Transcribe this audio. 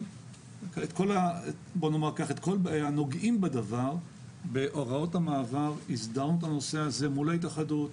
את כל הנוגעים בדבר הסדרנו בהוראות המעבר מול ההתאחדות,